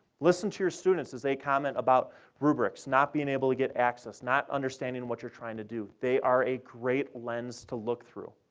listen to your students as they comment about rubrics, not being able to get access, not understanding what you're trying to do. they are a great lens to look through.